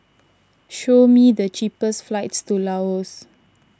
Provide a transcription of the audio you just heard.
show me the cheapest flights to Laos